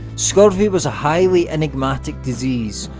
scurvy was a highly enigmatic disease,